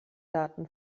daten